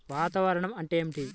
వాతావరణం అంటే ఏమిటి?